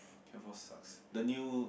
can four sucks the new